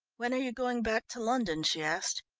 when are you going back to london? she asked.